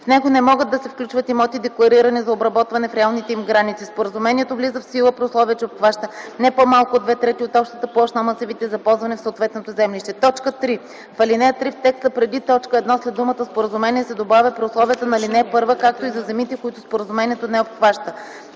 В него не могат да се включват имоти, декларирани за обработване в реалните им граници. Споразумението влиза в сила при условие, че обхваща не по-малко от две трети от общата площ на масивите за ползване в съответното землище.” 3. В ал. 3 в текста преди т. 1 след думата „споразумение” се добавя „при условията на ал. 1, както и за земите, които споразумението не обхваща”.